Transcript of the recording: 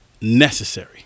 necessary